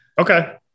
Okay